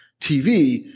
TV